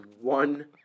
one